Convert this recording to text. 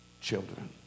children